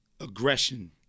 aggression